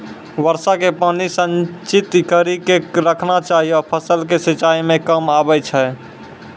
वर्षा के पानी के संचित कड़ी के रखना चाहियौ फ़सल के सिंचाई मे काम आबै छै?